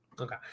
Okay